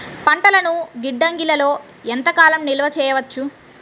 పంటలను గిడ్డంగిలలో ఎంత కాలం నిలవ చెయ్యవచ్చు?